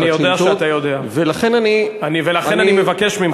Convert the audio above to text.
אני יודע שאתה יודע, ולכן אני מבקש ממך.